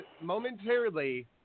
momentarily